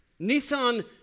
Nissan